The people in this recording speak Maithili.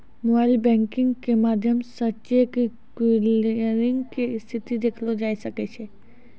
मोबाइल बैंकिग के माध्यमो से चेक क्लियरिंग के स्थिति देखलो जाय सकै छै